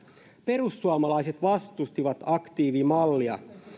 perussuomalaiset vastustivat aktiivimallia